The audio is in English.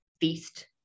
feast